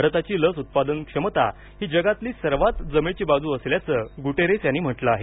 भारताची लस उत्पादन क्षमता ही जगातली सर्वात जमेची बाजू असल्याचे गुटेरेस यांनी म्हटलं आहे